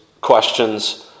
questions